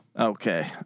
Okay